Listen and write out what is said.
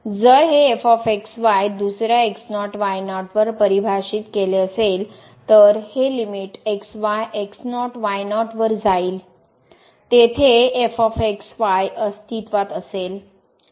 जर हे f x y दुसर्या x0 y0 वर परिभाषित केले असेल तर हे limit x y x0 y0 वर जाईल तेथे अस्तित्वात असेल